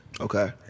Okay